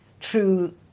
true